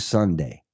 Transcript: Sunday